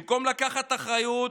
במקום לקחת אחריות,